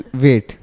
wait